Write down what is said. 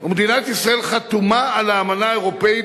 ומדינת ישראל חתומה על האמנה האירופית